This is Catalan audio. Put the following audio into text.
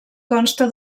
consta